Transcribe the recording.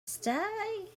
stay